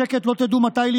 אם כן,